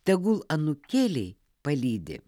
tegul anūkėliai palydi